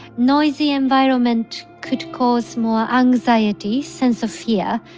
noisy environment could cause more anxiety, sense of fear,